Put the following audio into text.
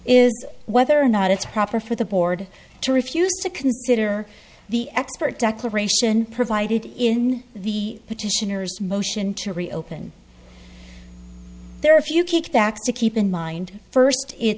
is whether or not it's proper for the board to refuse to consider the expert declaration provided in the petitioners motion to reopen their if you can't back to keep in mind first i